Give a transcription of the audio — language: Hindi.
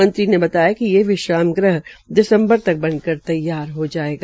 मंत्री ने बताया कि ये विश्राम गृह दिसम्बर तक बन तैयार हो जायेगा